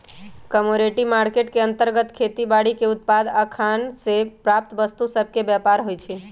commodity market के अंतर्गत खेती बाड़ीके उत्पाद आऽ खान से प्राप्त वस्तु सभके व्यापार होइ छइ